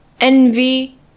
envy